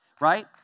right